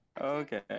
Okay